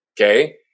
Okay